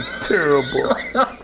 terrible